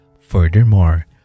Furthermore